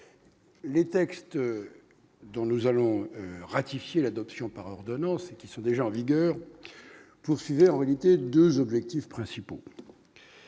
les textes dont nous allons ratifier l'adoption par ordonnance et qui sont déjà en vigueur, poursuivait en réalité 2 objectifs principaux